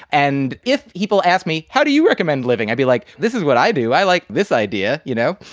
and if people ask me, how do you recommend living, i be like, this is what i do. i like this idea, you know?